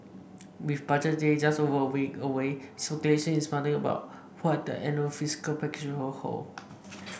with Budget Day just over a week away speculation is mounting about what the annual fiscal package will hold